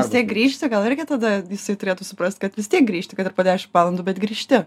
vis tiek grįžti gal irgi tada visi turėtų suprasti kad vis tiek grįžti kad ir po dešimt valandų bet grįžti